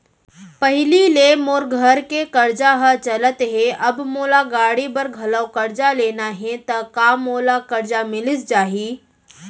पहिली ले मोर घर के करजा ह चलत हे, अब मोला गाड़ी बर घलव करजा लेना हे ता का मोला करजा मिलिस जाही?